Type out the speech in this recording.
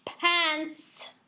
pants